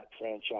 franchise